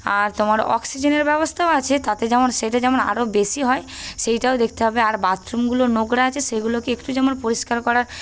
আর তোমার অক্সিজেনের ব্যবস্থাও আছে তাতে যেমন সেইটা যেমন আরও বেশি হয় সেইটাও দেখতে হবে আর বাথরুমগুলো নোংরা আছে সেইগুলোকে একটু যেমন পরিষ্কার করার